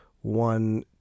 one